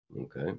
Okay